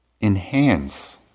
enhance